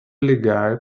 ligar